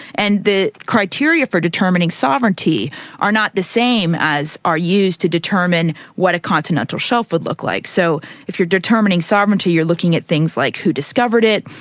and the criteria for determining sovereignty are not the same as are used to determine what a continental shelf would look like. so if you're determining sovereignty you're looking at things like who discovered it,